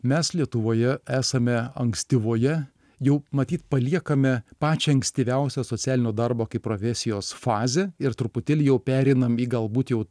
mes lietuvoje esame ankstyvoje jau matyt paliekame pačią ankstyviausią socialinio darbo kaip profesijos fazę ir truputėlį jau pereinam į galbūt jau